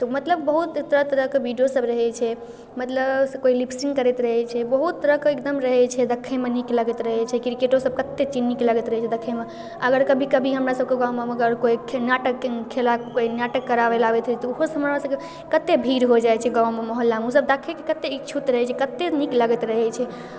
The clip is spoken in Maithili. तऽ मतलब बहुत तरह तरहके वीडियोसभ रहै छै मतलब कोइ लिप्सिंक करैत रहै छै बहुत तरहके एकदम रहै छै देखैमे नीक लगैत रहै छै क्रिकेटोसभ कतेक चीज नीक लगैत रहै छै देखैमे अगर कभी कभी हमरासभके गाममे अगर कोइ नाटक खेला कोइ नाटक कराबै लेल आबै छै तऽ ओहोसँ हमरासभके कतेक भीड़ हो जाइ छै गाममे मोहल्लामे ओसभ देखैके कतेक इच्छुक रहै छै कतेक नीक लगैत रहै छै